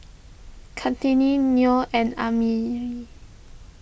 Kartini Nor and Ammir